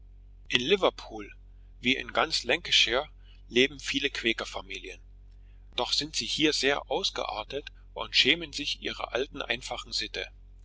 in liverpool wie in ganz lancashire leben viele quäker familien doch sind sie hier sehr ausgeartet und schämen sich ihrer alten einfachen sitte